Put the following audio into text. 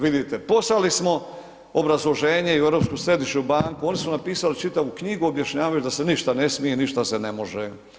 Vidite, poslali smo obrazloženje i u Europsku središnju banku, oni su napisali čitavu knjigu objašnjavajući da se ništa ne smije, ništa se ne može.